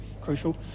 crucial